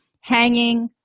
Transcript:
Hanging